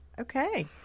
Okay